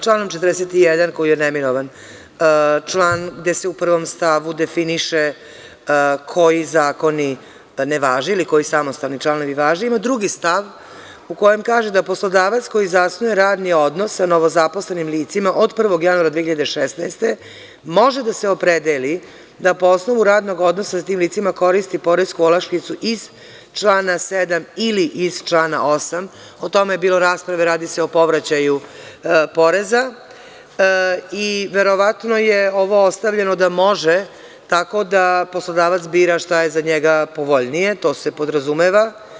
Članom 41. koji je neminovan član, gde se u pravom stavu definiše koji zakoni ne važe ili koji samostalni članovi važe, ima drugi stav u kojem kaže da poslodavac koji zasnuje radni odnos sa novozaposlenim licima od 1. januara 2016. godine, može da se opredeli da po osnovu radnog odnosa sa tim licima koristi poresku olakšicu iz člana 7. ili iz člana 8. O tome je bilo rasprave, radi se o povraćaju poreza i verovatno je ovo ostavljeno da može tako da poslodavac bira šta je za njega povoljnije, to se podrazumeva.